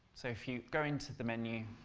so if you go into the menu,